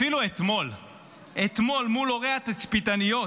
אפילו אתמול מול הורי התצפיתניות